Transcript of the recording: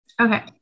Okay